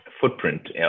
footprint